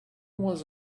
was